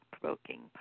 provoking